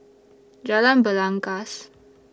Jalan Belangkas